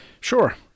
Sure